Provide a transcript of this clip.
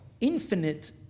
infinite